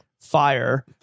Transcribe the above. Fire